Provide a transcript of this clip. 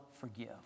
forgive